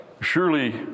surely